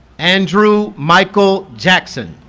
andrew michael jackson